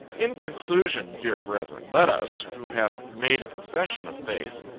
in conclusion, dear brethren, let us, who have made a profession of faith,